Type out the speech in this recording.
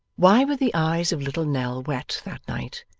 why were the eyes of little nell wet, that night,